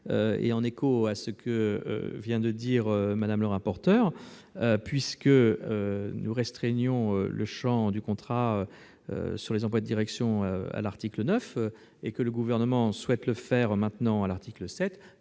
En écho à ce que vient d'indiquer Mme le rapporteur, puisque nous restreignons le champ du contrat sur les emplois de direction à l'article 9 et que le Gouvernement souhaite le faire maintenant à l'article 7,